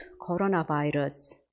coronavirus